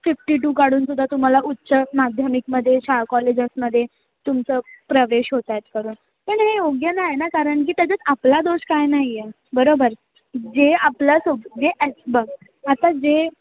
fifty two काढून सुद्धा तुम्हाला उच्च माध्यमिकमध्ये शाळा कॉलेजसमध्ये तुमचं प्रवेश होत आहेत करून पण हे योग्य नाही ना कारण की त्याच्यात आपला दोष काही नाही आहे बरोबर जे आपल्यासोबत जे एस बघ आता जे